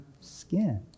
skin